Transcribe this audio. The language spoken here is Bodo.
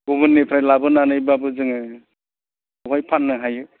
गुबुननिफ्राय लाबोनानैबाबो जोङो बहाय फाननो हायो